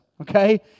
Okay